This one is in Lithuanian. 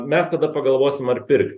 mes tada pagalvosim ar pirkt